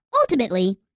Ultimately